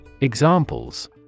Examples